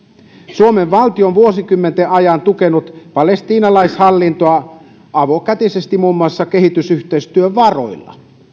suomen valtio on vuosikymmenten ajan tukenut palestiinalaishallintoa avokätisesti muun muassa kehitysyhteistyövaroilla